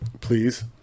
please